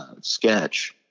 sketch